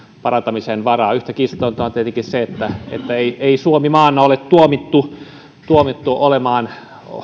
parantamisen varaa yhtä kiistatonta on tietenkin se ettei suomi maana ole tuomittu tuomittu olemaan